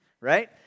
right